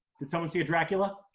did someone see a dracula?